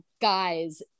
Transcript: guys